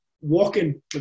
Walking